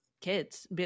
kids